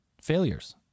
failures